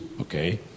Okay